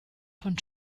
von